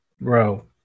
bro